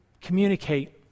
communicate